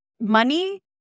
money